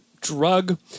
drug